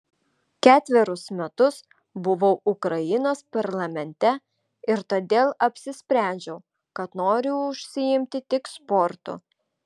ketverius metus buvau ukrainos parlamente ir todėl apsisprendžiau kad noriu užsiimti tik sportu